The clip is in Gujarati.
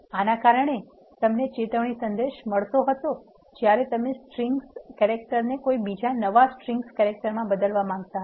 આના કારણેજ તમને ચેતવણી સંદેશ મળતો હતો જ્યારે તમે સ્ટ્રિન્ગ કેરેક્ટર ને કોઇ બીજા નવા સ્ટ્રિન્ગ કેરેક્ટર મા બદલવા માગંતા હતા